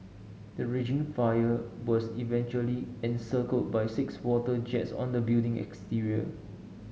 the raging fire was eventually encircled by six water jets on the building exterior